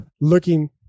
looking